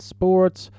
Sports